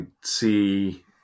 see